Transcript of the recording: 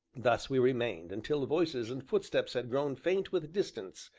thus we remained until voices and footsteps had grown faint with distance,